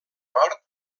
nord